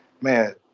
man